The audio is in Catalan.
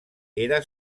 era